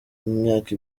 imyaka